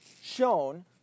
shown